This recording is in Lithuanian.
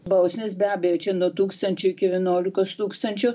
bausmės be abejo čia nuo tūkstančio iki vienuolikos tūkstančių